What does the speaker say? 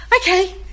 Okay